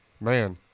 Man